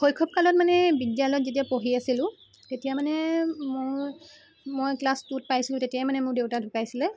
শৈশৱকালত মানে যেতিয়া বিদ্যালয়ত পঢ়ি আছিলোঁ তেতিয়া মানে মই মই ক্লাছ টুত পাইছোঁ তেতিয়াই মানে মোৰ দেউতা ঢুকাইছিলে